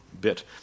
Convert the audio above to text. bit